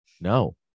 no